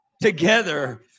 together